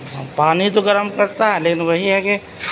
پانی تو گرم کرتا ہے لیکن وہی ہے کہ